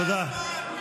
תרדי מהדוכן.